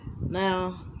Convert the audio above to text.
Now